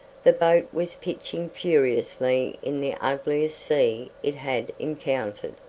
the boat was pitching furiously in the ugliest sea it had encountered,